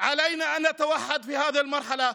עלינו להתאחד בתקופה הזאת,